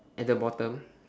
at the bottom